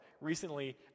recently